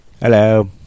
Hello